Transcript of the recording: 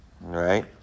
right